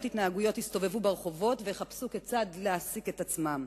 התנהגותיות יסתובבו ברחובות ויחפשו כיצד להעסיק את עצמם,